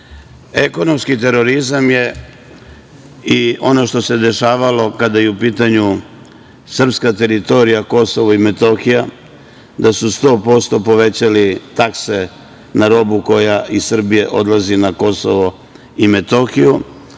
stoje. Ekonomski terorizam je i ono što se dešavalo kada je u pitanju srpska teritorija Kosovo i Metohija, da su 100% povećali takse na robu koja iz Srbije odlazi na Kosovo i Metohiju,